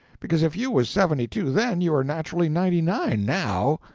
because, if you was seventy-two then, you are naturally ninety nine now.